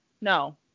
No